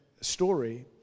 story